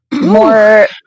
more